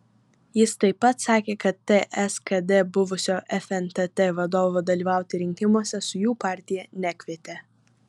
jis taip pat sakė kad ts kd buvusio fntt vadovo dalyvauti rinkimuose su jų partija nekvietė